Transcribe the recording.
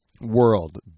world